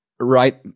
right